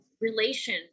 relation